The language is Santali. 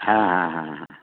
ᱦᱮᱸ ᱦᱮᱸ ᱦᱮᱸ